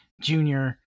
junior